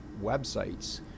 websites